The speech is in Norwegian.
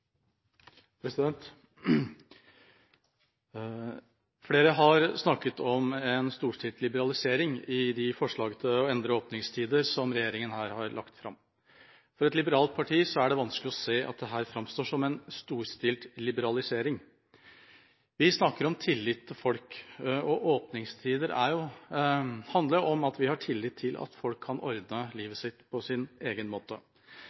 Flere har snakket om en storstilt liberalisering i de forslagene til endrede åpningstider som regjeringa her har lagt fram. For et liberalt parti er det vanskelig å se at dette framstår som en storstilt liberalisering. Vi snakker om tillit til folk, og åpningstider handler om at vi har tillit til at folk kan ordne livet sitt på sin egen måte.